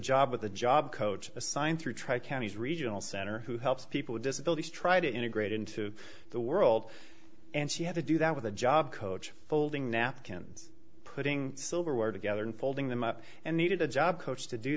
job with a job coach assigned through try counties regional center who helps people with disabilities try to integrate into the world and she had to do that with a job coach folding napkins putting silverware together and folding them up and needed a job coach to do